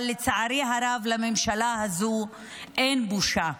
אבל לצערי הרב לממשלה הזאת אין בושה.